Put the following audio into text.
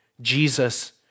Jesus